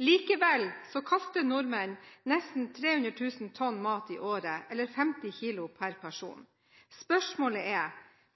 Likevel kaster nordmenn nesten 300 000 tonn mat i året, eller 50 kg per person. Spørsmålet er: